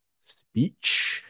speech